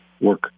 work